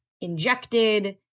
injected